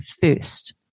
first